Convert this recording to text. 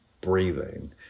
Breathing